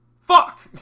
Fuck